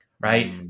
Right